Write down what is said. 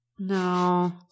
No